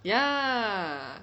ya